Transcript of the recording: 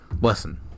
listen